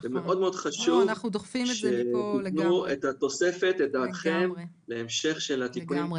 ומאוד חשוב שתתנו את דעתכם להמשך של התיקונים